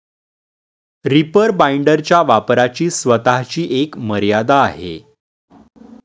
reaper बाइंडरच्या वापराची स्वतःची एक मर्यादा आहे